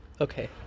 Okay